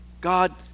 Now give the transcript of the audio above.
God